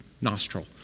nostril